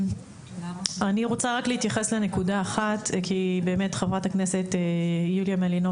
אני רוצה להתייחס רק לנקודה אחת כי באמת חברת הכנסת מלינובסקי